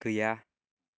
गैया